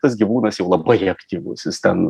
tas gyvūnas jau labai aktyvusis jis ten